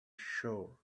shore